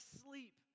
sleep